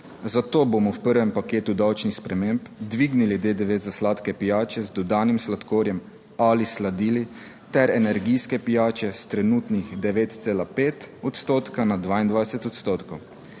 zato bomo v prvem paketu davčnih sprememb dvignili DDV za sladke pijače z dodanim sladkorjem ali sladili ter energijske pijače s trenutnih 9,5 odstotka na 22 odstotkov